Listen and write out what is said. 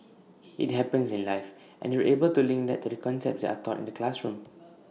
IT happens in life and they're able to link that to the concepts that are taught in the classroom